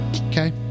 Okay